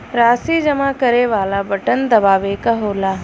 राशी जमा करे वाला बटन दबावे क होला